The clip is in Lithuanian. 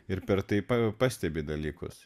ir per tai pa pastebi dalykus